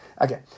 Okay